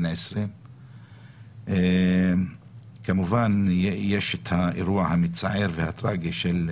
בן 20. כמובן יש את האירוע המצער והטרגי של